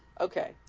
Okay